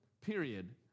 Period